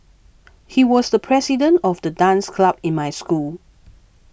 he was the president of the dance club in my school